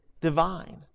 divine